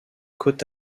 côte